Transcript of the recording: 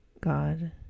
god